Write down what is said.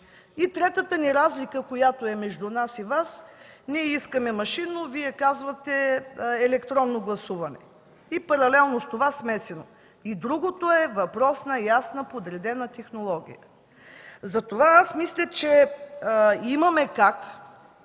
И третата разлика между нас и Вас: ние искаме машинно, Вие казвате – електронно гласуване и паралелно с това смесено. Другото е въпрос на ясна, подредена технология. Затова мисля, че има как